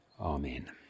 Amen